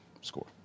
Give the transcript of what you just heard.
score